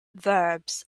verbs